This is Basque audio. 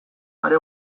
are